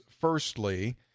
Firstly